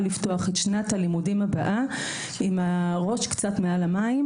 לפתוח את שנת הלימודים הבאה עם הראש קצת מעל המים.